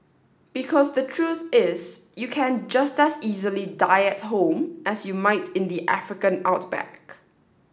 because the truth is you can just as easily die at home as you might in the African outback